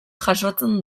jasotzen